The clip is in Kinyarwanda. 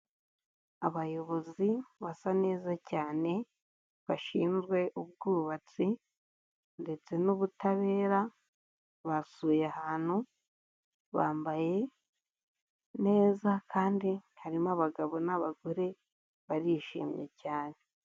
Abayobozi basa neza cyane, bashinzwe ubwubatsi ndetse n'ubutabera. Basuye ahantu, bambaye neza kandi harimo abagabo n'abagore, barishimye cyane.